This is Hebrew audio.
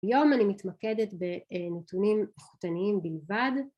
היום אני מתמקדת בנתונים איכותניים בלבד